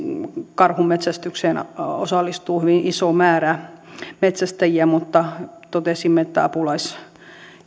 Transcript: karhunmetsästykseen osallistuu hyvin iso määrä metsästäjiä mutta totesimme että apulaisjohtajuuden